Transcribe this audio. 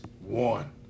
one